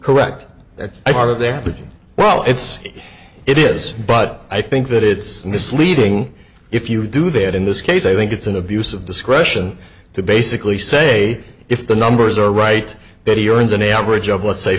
correct that's part of their thinking well it's it is but i think that it's misleading if you do that in this case i think it's an abuse of discretion to basically say if the numbers are right that he earns an average of let's say